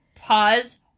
pause